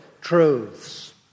truths